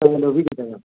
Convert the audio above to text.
ꯀꯩ ꯂꯧꯕꯤꯒꯗꯕ